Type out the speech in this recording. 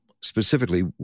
specifically